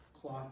cloth